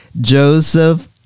Joseph